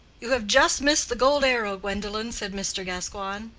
you have just missed the gold arrow, gwendolen, said mr. gascoigne.